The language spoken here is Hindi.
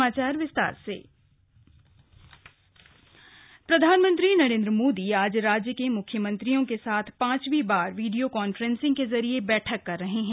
पीएम वीडियो कॉन्फ्रेंसिंग प्रधानमंत्री नरेंद्र मोदी आज राज्य के मुख्यमंत्रियों के साथ पांचवीं बार वीडियो कॉन्फ्रेंसिंग के जरिए बैठक कर रहे हैं